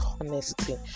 honesty